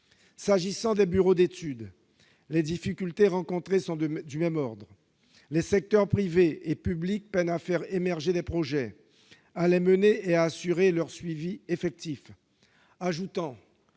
S'agissant des bureaux d'études, les difficultés rencontrées sont du même ordre. Les secteurs privé et public peinent à faire émerger des projets, à les mener et à assurer leur suivi effectif. Face